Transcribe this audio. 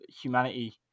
humanity